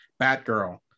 Batgirl